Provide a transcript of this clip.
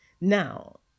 Now